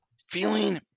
feeling